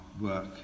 work